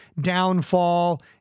downfall